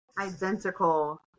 Identical